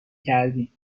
کردی